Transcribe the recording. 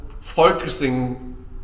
focusing